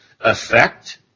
effect